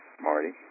Marty